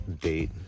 date